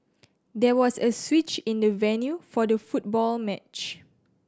there was a switch in the venue for the football match